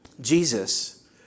Jesus